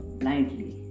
blindly